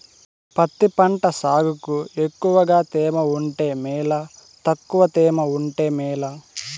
పత్తి పంట సాగుకు ఎక్కువగా తేమ ఉంటే మేలా తక్కువ తేమ ఉంటే మేలా?